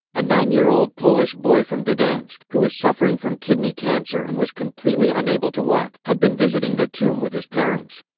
a nine-year-old polish boy from gdansk, who was suffering from kidney cancer and was completely unable to walk, had been visiting the tomb with his parents.